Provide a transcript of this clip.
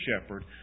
shepherd